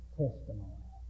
testimony